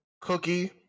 Cookie